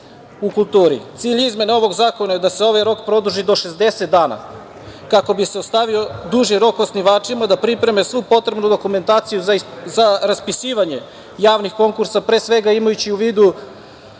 izmena ovog zakona je da se ovaj rok produži do 60 dana kako bi se ostavio duži rok osnivačima da pripreme svu potrebnu dokumentaciju za raspisivanje javnih konkursa, pre svega imajući u vidu